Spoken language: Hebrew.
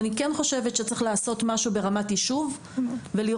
ואני כן חושבת שצריך לעשות משהו ברמת יישוב ולבדוק